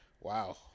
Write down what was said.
Wow